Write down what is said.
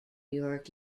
york